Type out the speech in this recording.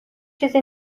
چیزی